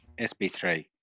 SB3